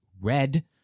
red